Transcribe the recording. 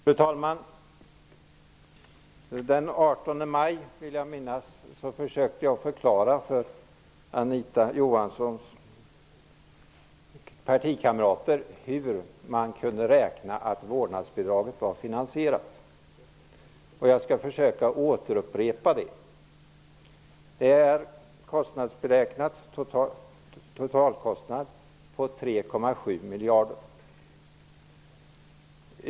Fru talman! Den 18 maj, vill jag minnas, försökte jag förklara för Anita Johanssons partikamrater hur man kunde räkna att vårdnadsbidraget var finansierat. Jag skall försöka återupprepa det. Totalkostnaden beräknas till 3,7 miljarder.